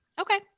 okay